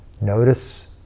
Notice